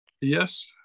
Yes